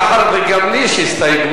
מאחר שגם לי יש הסתייגות,